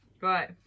right